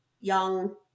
young